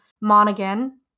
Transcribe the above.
Monaghan